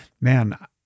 man